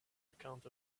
account